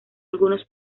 algunos